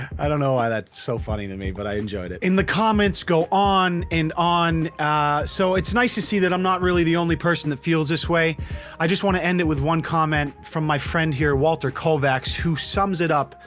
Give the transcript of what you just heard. i don't know why that's so funny to me, but i enjoyed it and the comments go on and on so it's nice to see that i'm not really the only person that feels this way i just want to end it with one comment from my friend here, walter kovacs who sums it up,